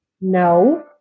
No